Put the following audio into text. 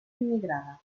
immigrada